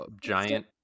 giant